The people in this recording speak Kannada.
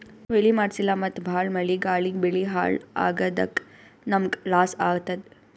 ಕೊಯ್ಲಿ ಮಾಡ್ಸಿಲ್ಲ ಮತ್ತ್ ಭಾಳ್ ಮಳಿ ಗಾಳಿಗ್ ಬೆಳಿ ಹಾಳ್ ಆಗಾದಕ್ಕ್ ನಮ್ಮ್ಗ್ ಲಾಸ್ ಆತದ್